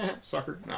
sucker